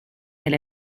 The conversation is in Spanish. del